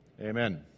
Amen